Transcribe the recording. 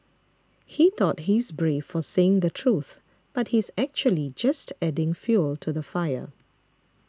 he thought he's brave for saying the truth but he's actually just adding fuel to the fire